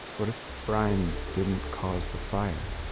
what if brian didn't cause the fire?